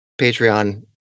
Patreon